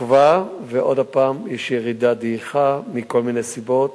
תקווה ועוד פעם יש ירידה, דעיכה, מכל מיני סיבות.